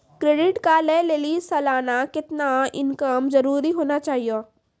Credit card लय लेली सालाना कितना इनकम जरूरी होना चहियों?